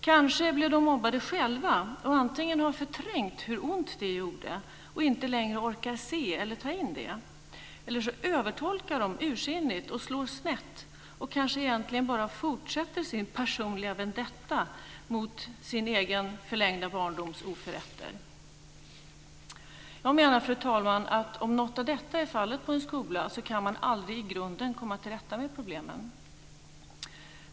Kanske blev de mobbade själva, har förträngt hur ont det gjorde och inte längre orkar se eller ta in det, eller så övertolkar de ursinnigt, slår snett och fortsätter sin personliga vendetta mot sin egen förlängda barndoms oförrätter. Fru talman! Om något av det är fallet på en skola kan man aldrig i grunden komma till rätta med problemen.